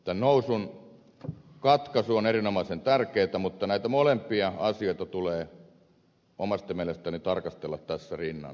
tämän nousun katkaisu on erinomaisen tärkeätä mutta näitä molempia asioita tulee omasta mielestäni tarkastella tässä rinnan